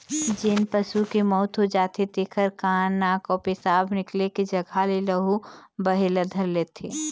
जेन पशु के मउत हो जाथे तेखर नाक, कान अउ पेसाब निकले के जघा ले लहू बहे ल धर लेथे